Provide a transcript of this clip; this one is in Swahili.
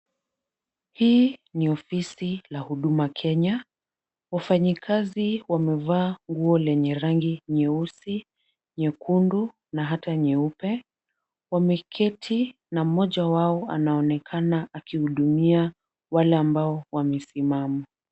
Hii ni ofisi la Huduma Kenya. Wafanyikazi wamevaa nguo lenye rangi nyeusi, nyekundu na hata nyeupe. Wameketi na mmoja wao anaonekana akihudumia wale ambao wamesimama.